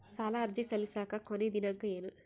ಸಾಲ ಅರ್ಜಿ ಸಲ್ಲಿಸಲಿಕ ಕೊನಿ ದಿನಾಂಕ ಏನು?